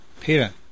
Peter